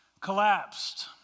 collapsed